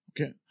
Okay